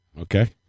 Okay